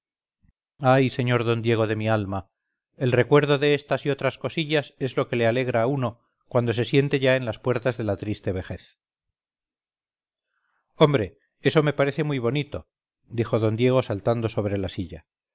ay sr d diego de mi alma el recuerdo de estas y otras cosillas es lo que le alegra a uno cuando se siente ya en las puertas de la triste vejez hombre eso me parece muy bonito dijo don diego saltando sobre la silla